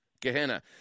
Gehenna